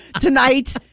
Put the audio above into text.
Tonight